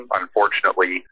unfortunately